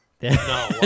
No